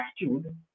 attitude